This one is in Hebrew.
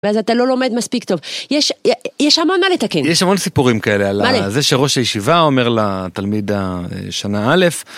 ואז אתה לא לומד מספיק טוב. יש המון מה לתקן. יש המון סיפורים כאלה על זה שראש הישיבה אומר לתלמיד השנה אלף